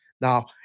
Now